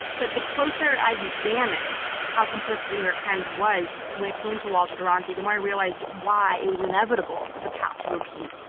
but the closer i examined how complicit the new york times was when it came to walter duranty, then i realized why it was inevitable that the past would repeat.